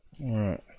Right